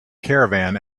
caravan